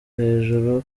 hejuru